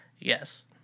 Yes